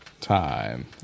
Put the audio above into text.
time